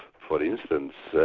for instance,